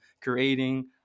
creating